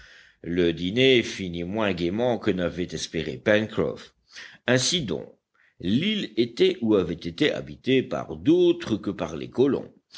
le dîner finit moins gaiement que n'avait espéré pencroff ainsi donc l'île était ou avait été habitée par d'autres que par les colons